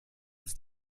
ins